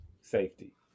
safety